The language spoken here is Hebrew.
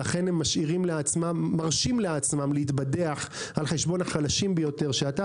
הם מרשים לעצמם להתבדח על חשבון החלשים ביותר שאתה,